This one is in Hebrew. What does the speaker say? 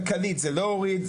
כלכלית זה לא הוריד,